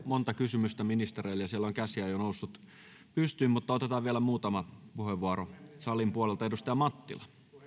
monta kysymystä ministereille ja siellä on käsiä jo noussut pystyyn mutta otetaan vielä muutama puheenvuoro salin puolelta